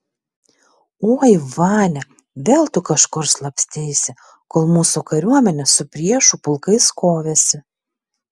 oi vania vėl tu kažkur slapsteisi kol mūsų kariuomenė su priešų pulkais kovėsi